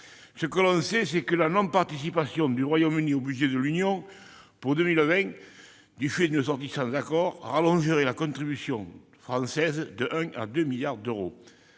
Ce que l'on sait, c'est que la non-participation du Royaume-Uni au budget de l'Union européenne pour 2020, du fait d'une sortie sans accord, alourdirait la contribution française de 1 milliard à 2 milliards d'euros.